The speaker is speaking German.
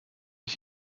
ich